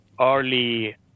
early